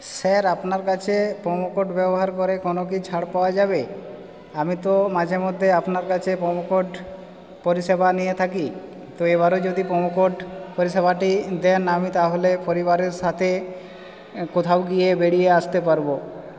sir আপনার কাছে promo code ব্যবহার করে কোনো কি ছাড় পাওয়া যাবে আমি তো মাঝে মধ্যে আপনার কাছে প্রোমো কোড পরিষেবা নিয়ে থাকি তো এবারও যদি প্রোমো কোড পরিষেবাটি দেন আমি তাহলে পরিবারের সাথে কোথাও গিয়ে বেড়িয়ে আসতে পারবো